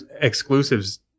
exclusives